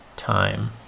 time